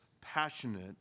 passionate